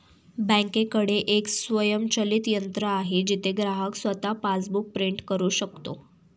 बँकेकडे एक स्वयंचलित यंत्र आहे जिथे ग्राहक स्वतः पासबुक प्रिंट करू शकतो